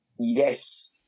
yes